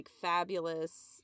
fabulous